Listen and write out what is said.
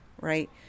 right